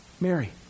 Mary